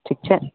छऽ